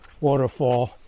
waterfall